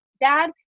dad